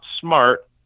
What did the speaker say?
smart